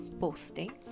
posting